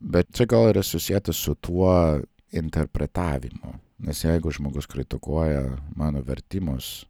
bet čia gal yra susieta su tuo interpretavimu nes jeigu žmogus kritikuoja mano vertimus